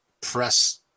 press